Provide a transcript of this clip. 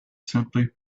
simply